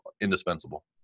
indispensable